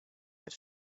had